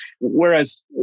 Whereas